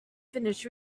finished